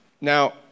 Now